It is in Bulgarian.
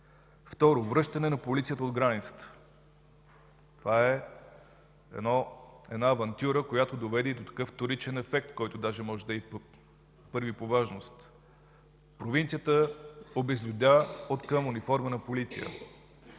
Второ, връщане на полицията от границата. Това е една авантюра, която доведе и до такъв вторичен ефект, който даже може да е и първи по важност. Провинцията обезлюдя откъм униформена полиция.